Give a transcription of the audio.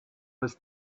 was